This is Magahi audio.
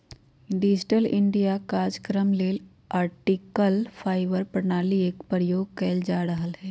डिजिटल इंडिया काजक्रम लेल ऑप्टिकल फाइबर प्रणाली एक प्रयोग कएल जा रहल हइ